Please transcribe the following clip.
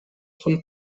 von